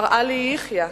מר עלי יחיא,